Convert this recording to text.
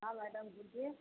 हाँ मैडम बोलिए